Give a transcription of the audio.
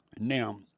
now